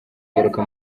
ngaruka